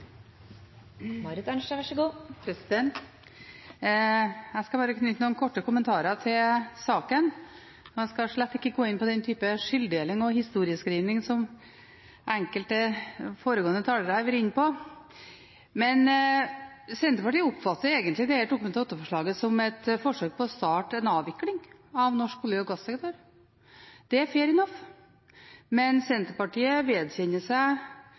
Jeg skal bare knytte noen korte kommentarer til saken. Jeg skal slett ikke gå inn på den typen skylddeling og historieskriving som enkelte foregående talere har vært inne på. Senterpartiet oppfatter egentlig dette Dokument 8-forslaget som et forsøk på å starte en avvikling av norsk olje- og gassektor. Det er «fair enough», men Senterpartiet vedkjenner seg